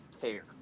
tear